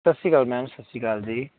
ਸਤਿ ਸ਼੍ਰੀ ਅਕਾਲ ਮੈਮ ਸਤਿ ਸ਼੍ਰੀ ਅਕਾਲ ਜੀ